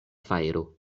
fajro